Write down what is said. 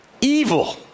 evil